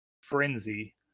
Frenzy